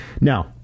Now